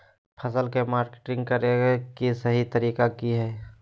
फसल के मार्केटिंग करें कि सही तरीका की हय?